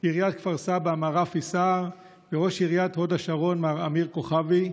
עיריית כפר סבא מר רפי סער וראש עיריית הוד השרון מר אמיר כוכבי,